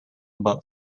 about